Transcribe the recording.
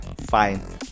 Fine